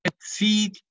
feed